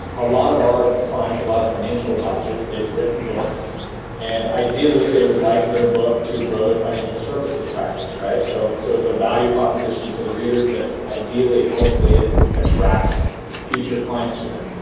a lot of our clients, a lot of financial advisors they've written books and ideally, they would like their book to grow their financial services practice, right? so, so it's a value proposition to the readers but ideally, hopefully it attracts future clients to them.